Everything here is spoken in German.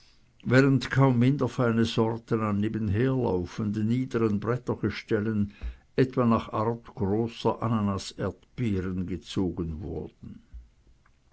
während kaum minder feine sorten an nebenherlaufenden niederen brettergestellen etwa nach art großer ananas erdbeeren gezogen wurden